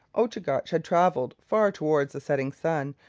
ochagach had travelled far towards the setting sun,